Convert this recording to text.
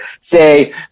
say